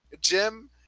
Jim